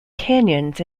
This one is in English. canyons